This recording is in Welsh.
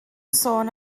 sôn